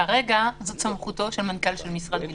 כרגע זאת סמכותו של מנכ"ל של משרד הבריאות.